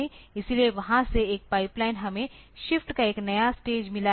इसलिए वहां से एक पाइपलाइन हमें शिफ्ट का एक नया स्टेज मिला है